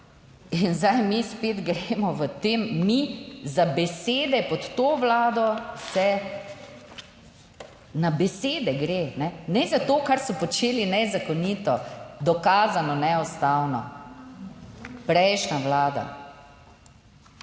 in zdaj, mi spet gremo v tem, mi za besede pod to Vlado, se, na besede gre, ne za to, kar so počeli nezakonito, dokazano, neustavno, prejšnja vlada.